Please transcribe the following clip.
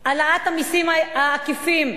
העלאת המסים העקיפים.